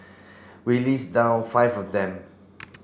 we list down five of them